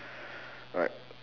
alright